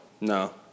No